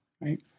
right